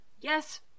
Yes